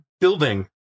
building